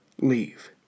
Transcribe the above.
leave